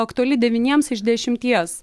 aktuali devyniems iš dešimties